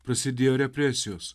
prasidėjo represijos